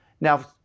Now